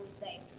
say